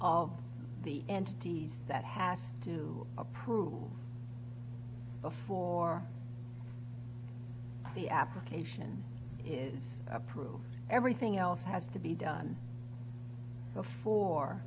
of the end deed that has to approve before the application is approved everything else has to be done before